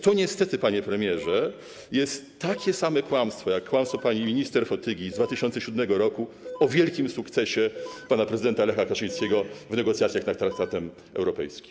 To niestety, panie premierze, jest takie samo kłamstwo, jak kłamstwo pani minister Fotygi z 2007 r. o wielkim sukcesie pana prezydenta Lecha Kaczyńskiego w negocjacjach nad traktatem europejskim.